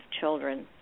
children